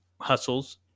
hustles